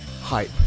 hype